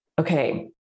okay